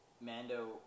Mando